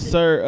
Sir